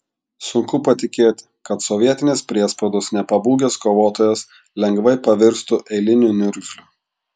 sunku patikėti kad sovietinės priespaudos nepabūgęs kovotojas lengvai pavirstų eiliniu niurgzliu